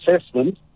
assessment